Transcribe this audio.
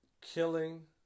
killing